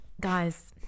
guys